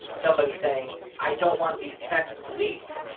somebody saying i don't want these texts leaked.